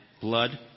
blood